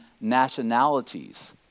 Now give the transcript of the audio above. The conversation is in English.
nationalities